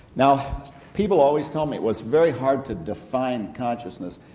now people always tell me it was very hard to define consciousness,